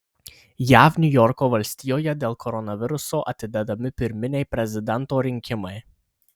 jav niujorko valstijoje dėl koronaviruso atidedami pirminiai prezidento rinkimai